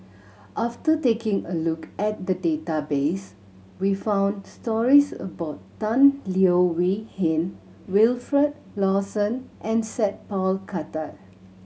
after taking a look at the database we found stories about Tan Leo Wee Hin Wilfed Lawson and Sat Pal Khattar